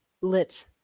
lit